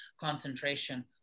concentration